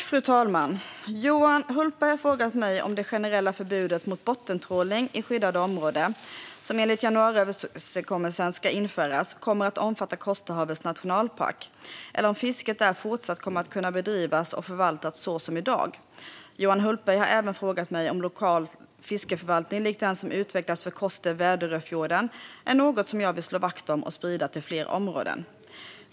Fru talman! Johan Hultberg har frågat mig om det generella förbudet mot bottentrålning i skyddade områden, som enligt januariöverenskommelsen ska införas, kommer att omfatta Kosterhavets nationalpark eller om fisket där fortsatt kommer att kunna bedrivas och förvaltas så som i dag. Johan Hultberg har även frågat mig om lokal fiskeförvaltning likt den som utvecklats för Koster-Väderöfjorden är något som jag vill slå vakt om och sprida till fler områden.